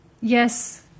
yes